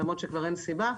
למרות שכבר אין סיבה,